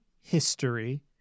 history